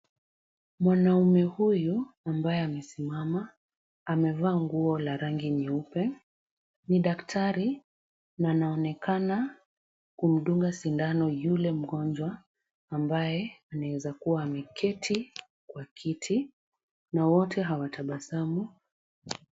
Mwanaume huyu ambaye amesimama, amevaa nguo la rangi nyeupe, ni daktari na anaonekana kumdunga sindano yule mgonjwa, ambaye anawezakuwa ameketi kwa kiti na wote hawatabasamu.